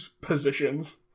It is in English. positions